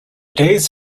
days